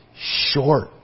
short